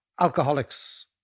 alcoholics